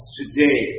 today